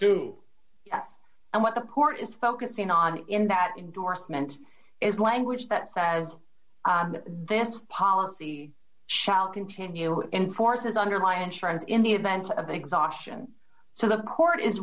do and what the poor is focusing on in that indorsement is language that says this policy shall continue in forces under my insurance in the event of exhaustion so the court is